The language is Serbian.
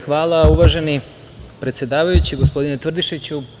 Hvala, uvaženi predsedavajući, gospodine Tvrdišiću.